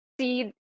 see